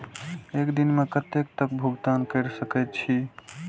एक दिन में कतेक तक भुगतान कै सके छी